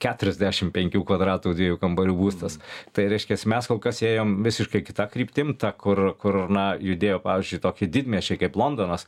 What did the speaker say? keturiasdešim penkių kvadratų dviejų kambarių būstas tai reiškias mes kol kas ėjom visiškai kita kryptim kur kur na judėjo pavyzdžiui tokie didmiesčiai kaip londonas